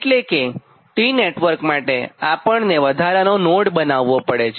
એટલે કે T network માટે આપણને વધારાનો નોડ બનાવ્વો પડે છે